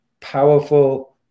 powerful